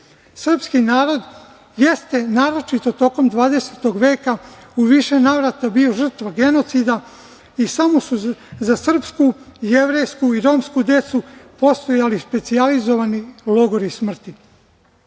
Srpski narod jeste naročito tokom 20. veka u više navrata bio žrtva genocida i samo su za srpsku, jevrejsku i romsku decu postojali specijalizovani logori